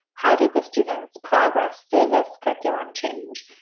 how did the students progress through this curriculum change?